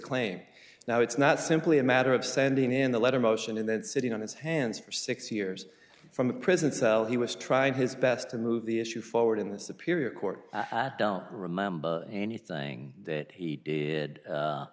claim now it's not simply a matter of sending in the letter motion and that's sitting on his hands for six years from a prison cell he was trying his best to move the issue forward in this period court don't remember anything that he did